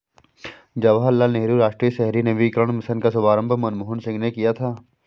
जवाहर लाल नेहरू राष्ट्रीय शहरी नवीकरण मिशन का शुभारम्भ मनमोहन सिंह ने किया था